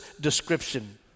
description